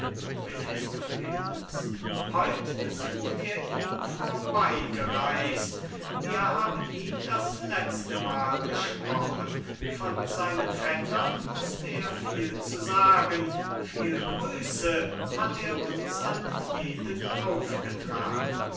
heut sind wir ihn vorbey gereis't wir haben ihn das letztemal gesprochen von seinen vettern wußt er viel zu sagen viel grüße hat er uns an jeden aufgetragen